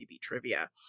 trivia